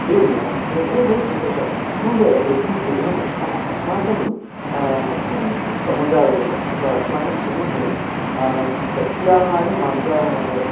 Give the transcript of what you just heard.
एवं वा एवं वा बहु सन्तोषः महोदय एकम् एकः प्रश्नः अस्माकं समुदाये अथवा अस्माकं समूहे सस्याहारं मांसाहारं